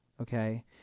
okay